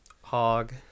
Hog